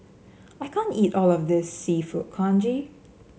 I can't eat all of this seafood congee